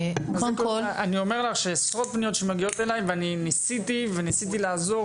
אני אומר לך שעשרות פניות מגיעות אלי ובכל כוחי ניסיתי לעזור.